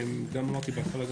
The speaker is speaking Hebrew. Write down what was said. שגם אמרתי בהתחלה,